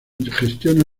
gestiona